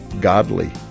godly